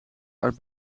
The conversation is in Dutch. uit